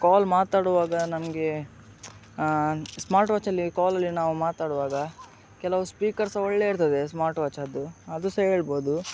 ಕಾಲ್ ಮಾತಾಡುವಾಗ ನಮಗೆ ಸ್ಮಾರ್ಟ್ ವಾಚಲ್ಲಿ ಕಾಲಲ್ಲಿ ನಾವು ಮಾತಾಡುವಾಗ ಕೆಲವು ಸ್ಪೀಕರ್ ಸಹ ಒಳ್ಳೆ ಇರ್ತದೆ ಸ್ಮಾರ್ಟ್ ವಾಚದ್ದು ಅದು ಸಹ ಹೇಳ್ಬೋದು